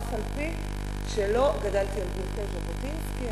אף-על-פי שלא גדלתי על ברכי ז'בוטינסקי,